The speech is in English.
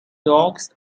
dogs